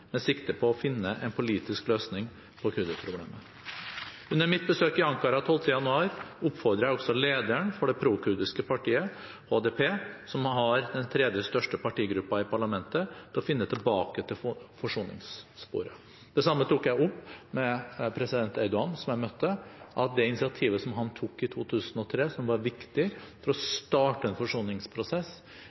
med sikte på å finne en politisk løsning på kurderproblemet. Under mitt besøk i Ankara den 12. januar oppfordret jeg også lederen for det prokurdiske partiet HDP, som har den tredje største partigruppen i parlamentet, til å finne tilbake til forsoningssporet. Det samme tok jeg opp med president Erdogan, som jeg møtte, at det initiativet som han tok i 2003, som var viktig for å starte en forsoningsprosess,